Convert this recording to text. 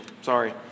sorry